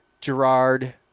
Gerard